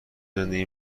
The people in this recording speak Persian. زندگی